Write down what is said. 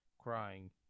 crying